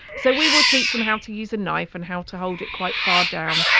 so, we will teach them how to use a knife and how to hold it quite far down,